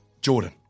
Jordan